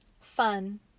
fun